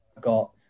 got